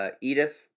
Edith